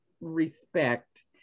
respect